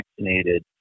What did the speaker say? vaccinated